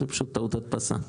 זה פשוט טעות הדפסה.